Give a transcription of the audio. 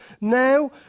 now